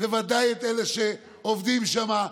בוודאי את אלה שעובדים שם,